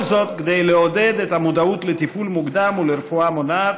כל זאת כדי לעודד את המודעות לטיפול מוקדם ולרפואה מונעת,